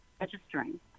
registering